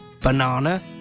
banana